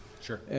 Sure